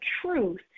truth